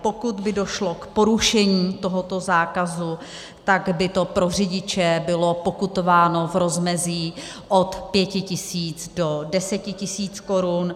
Pokud by došlo k porušení tohoto zákazu, tak by to pro řidiče bylo pokutováno v rozmezí od 5 tisíc do 10 tisíc korun.